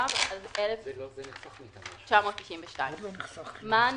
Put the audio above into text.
התשנ"ב-1992 ; "מען",